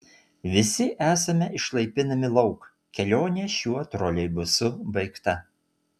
visi esame išlaipinami lauk kelionė šiuo troleibusu baigta